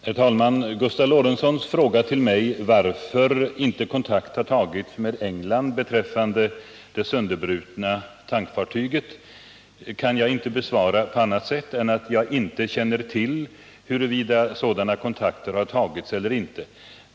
Herr talman! Gustav Lorentzons fråga till mig varför kontakt inte har tagits med England beträffande det sönderbrutna tankfartyget kan jag inte besvara på annat sätt än att jag inte känner till huruvida sådana kontakter har tagits eller inte.